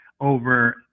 over